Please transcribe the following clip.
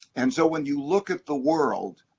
and so when you look at the world,